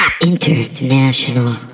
international